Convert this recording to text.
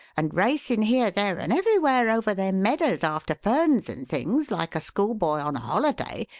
and racin' here, there, and everywhere over them medders after ferns and things, like a schoolboy on a holiday,